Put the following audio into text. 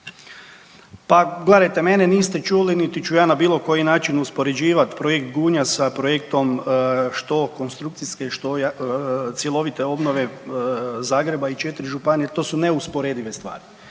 Pa gledajte, mene niste čuli niti ću ja na bilo koji način uspoređivati projekt Gunja sa projektom, što konstrukcijske, što cjelovite obnove Zagreba i 4 županije, to su neusporedive stvari.